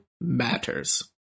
matters